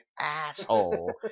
asshole